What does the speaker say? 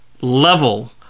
level